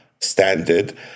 standard